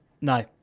No